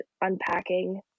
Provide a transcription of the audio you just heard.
unpacking